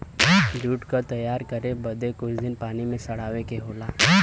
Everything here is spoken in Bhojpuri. जूट क तैयार करे बदे कुछ दिन पानी में सड़ावे के होला